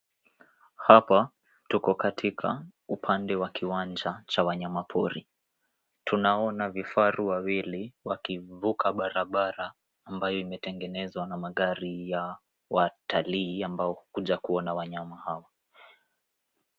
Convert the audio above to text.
Hapa, tuko katika upande wa kiwanja cha wanyamapori. Tunaona vifaru wawili wakivuka barabara ambayo imetengenezwa na magari ya watalii ambao hukuja kuona wanyama hawa.